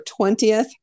20th